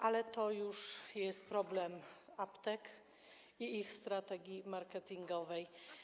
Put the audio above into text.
Ale to już jest problem aptek i ich strategii marketingowej.